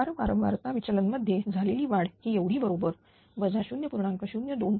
भार वारंवारता विचलन मध्ये झालेली वाढ ही एवढी बरोबर 0